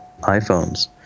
iPhones